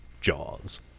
jaws